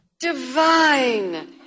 Divine